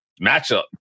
matchup